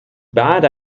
bad